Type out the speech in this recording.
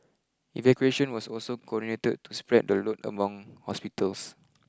evacuation was also coordinated to spread the load among hospitals